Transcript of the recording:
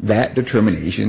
that determination